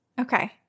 Okay